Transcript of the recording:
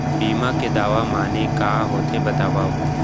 बीमा के दावा माने का होथे बतावव?